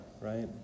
Right